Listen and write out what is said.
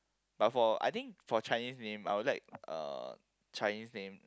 but for I think for Chinese name I would like uh Chinese name